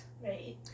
Right